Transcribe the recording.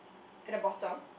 at the bottom